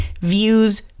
views